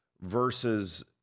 Versus